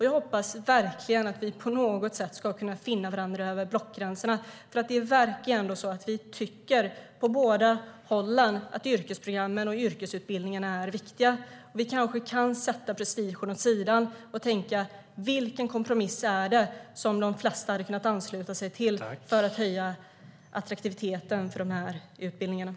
Jag hoppas verkligen att vi på något sätt kan finna varandra över blockgränserna, för det verkar som om vi på båda håll tycker att yrkesprogrammen och yrkesutbildningarna är viktiga. Vi kanske kan lägga prestigen åt sidan och tänka: Vilken kompromiss kan de flesta ansluta sig till för att höja attraktiviteten hos dessa utbildningar?